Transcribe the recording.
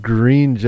Green